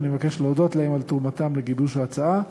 ואני מבקש להודות להם על תרומתם לגיבוש ההצעה,